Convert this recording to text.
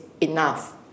enough